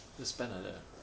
just spend like that eh